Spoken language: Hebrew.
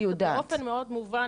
באופן מאוד מובן,